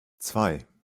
zwei